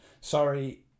sorry